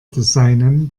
designen